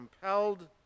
compelled